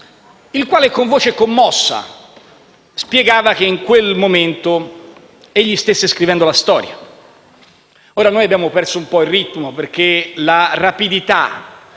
il quale, con voce commossa, spiegava che in quel momento egli stesse scrivendo la storia. Ora noi abbiamo perso un po' il ritmo perché la rapidità